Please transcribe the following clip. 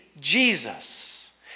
Jesus